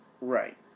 Right